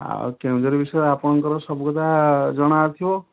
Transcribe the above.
ଆଉ କେଉଁଝର ବିଷୟରେ ଆପଣଙ୍କର ସବୁ କଥା ଜଣାଥିବ